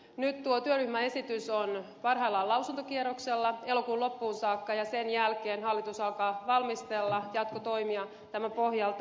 nyt tuo työryhmäesitys on parhaillaan lausuntokierroksella elokuun loppuun saakka ja sen jälkeen hallitus alkaa valmistella jatkotoimia tämän pohjalta